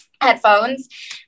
headphones